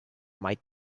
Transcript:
might